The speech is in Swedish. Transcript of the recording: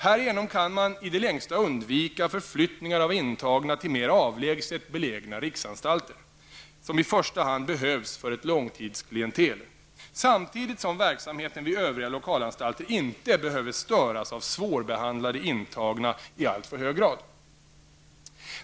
Härigenom kan man i det längsta undvika förflyttningar av intagna till mer avlägset belägna riksanstalter, vilka i första hand behövs för ett långtidsklientel, samtidigt som verksamheten vid övriga lokalanstalter inte behöver störas av svårbehandlade intagna i alltför hög grad.